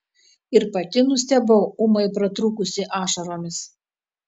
ir pati nustebau ūmai pratrūkusi ašaromis